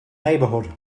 neighbourhood